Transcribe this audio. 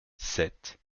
sept